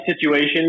situation